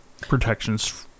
protections